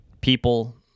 people